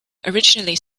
originally